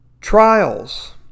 Trials